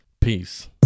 Peace